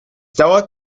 dauerte